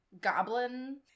goblin